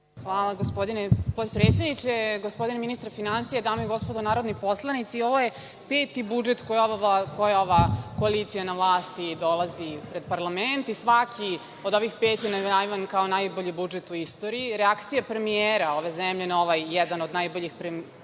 Hvala gospodine potpredsedniče. Gospodine ministre finansija, dame i gospodo narodni poslanici, ovo je peti budžet koju ova koalicija na vlasti donosi pred parlament i svaki od ovih pet je najavljivan kao najbolji budžet u istoriji. Reakcija premijera ove zemlje na ovaj jedan od najboljih budžeta